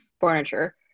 furniture